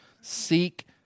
Seek